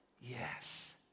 Yes